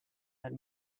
had